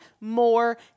more